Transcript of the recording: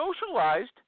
socialized